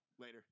Later